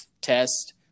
test